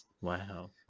Wow